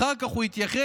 אחר כך הוא התייחס